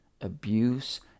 abuse